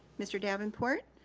mr. davenport,